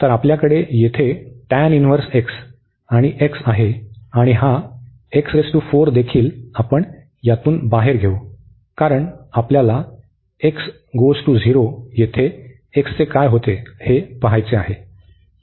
तर आपल्याकडे येथे tan 1 आणि x आहे आणि हा देखील आपण यातून बाहेर घेऊ कारण आपल्याला येथे x चे काय होते हे पहायचे आहे